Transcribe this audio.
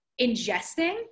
ingesting